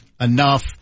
enough